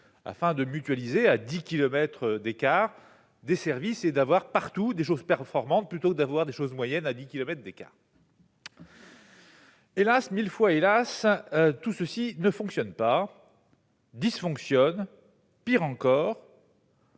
afin de mutualiser à 10 kilomètres d'écart, des services et d'avoir partout des choses performante plutôt d'avoir des choses moyenne à 10 kilomètres d'écart. Hélas, 1000 fois hélas tout ceci ne fonctionne pas dysfonctionne pire encore.